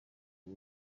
uru